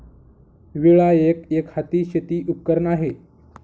विळा एक, एकहाती शेती उपकरण आहे